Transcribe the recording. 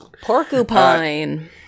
Porcupine